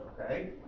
okay